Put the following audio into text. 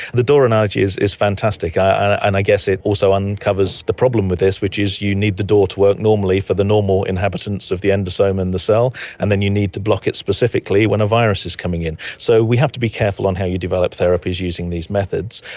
the door analogy is is fantastic and i guess it also uncovers the problem with this which is you need the door to work normally for the normal inhabitants of the endosome in the cell and then you need to block it specifically when a virus is coming in. so we have to be careful on how you develop therapies using these methods.